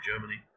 Germany